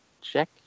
check